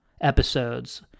episodes